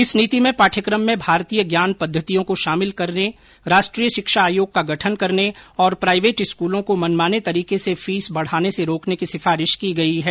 इस नीति में पाठ्यक्रम में भारतीय ज्ञान पद्धतियों को शामिल करने राष्ट्रीय शिक्षा आयोग का गठन करने और प्राइवेट स्कूलों को मनमाने तरीके से फीस बढ़ाने से रोकने की सिफारिश की गई है